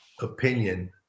opinion